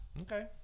Okay